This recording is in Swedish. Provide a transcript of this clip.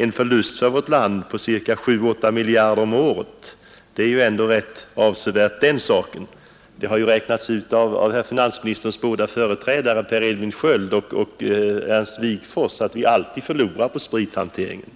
En förlust för vårt land på 7—8 miljarder om året som alkoholdrickandet kostar oss är ju ändå rätt avsevärt. Det har räknats ut av herr finansministerns båda företrädare, Per Edvin Sköld och Ernst Wigforss, att vi alltid förlorar på sprithanteringen.